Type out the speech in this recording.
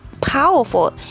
powerful